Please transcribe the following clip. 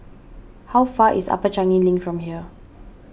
how far is Upper Changi Link from here